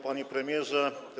Panie Premierze!